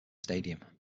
stadium